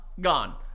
gone